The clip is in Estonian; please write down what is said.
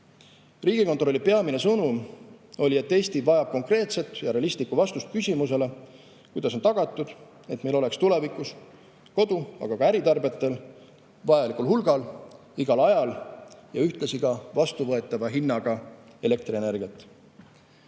Riigikontrolli peamine sõnum oli, et Eesti vajab konkreetset ja realistlikku vastust küsimusele, kuidas on tagatud, et meil oleks tulevikus kodu‑, aga ka äritarbijatel vajalikul hulgal, igal ajal ja ühtlasi ka vastuvõetava hinnaga elektrienergiat.